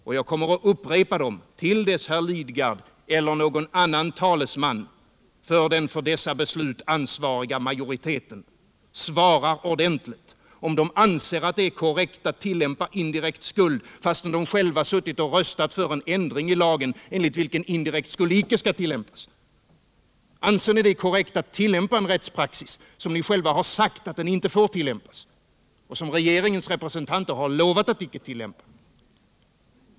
Och jag kommer att upprepa dem till dess herr Lidgard eller någon annan talesman för den för dessa beslut ansvariga majoriteten svarar ordentligt, om de anser att det är korrekt att tillämpa indirekt skuld fastän de själva röstat för en ändring av lagen enligt vilken indirekt skuld inte skall tilllämpas. Anser ni att det är korrekt att tillämpa en rättspraxis som ni själva sagt inte får tillämpas och som regeringens representanter lovat att inte tillämpa?